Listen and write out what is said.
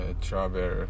travel